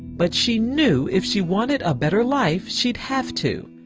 but she knew if she wanted a better life, she'd have to,